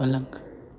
पलंग